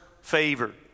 favor